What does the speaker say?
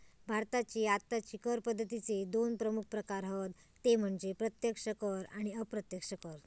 भारताची आत्ताची कर पद्दतीचे दोन प्रमुख प्रकार हत ते म्हणजे प्रत्यक्ष कर आणि अप्रत्यक्ष कर